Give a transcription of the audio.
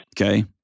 Okay